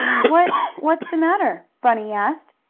what what's the matter? bunny asked,